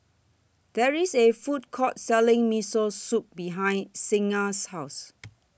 There IS A Food Court Selling Miso Soup behind Signa's House